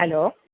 hello